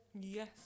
Yes